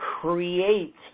create